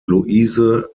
luise